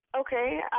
Okay